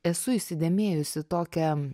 esu įsidėmėjusi tokią